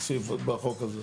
בסעיף, בחוק הזה.